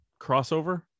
crossover